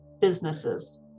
businesses